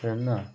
ಅದನ್ನು